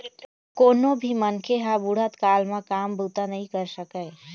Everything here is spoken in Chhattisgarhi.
कोनो भी मनखे ह बुढ़त काल म काम बूता नइ कर सकय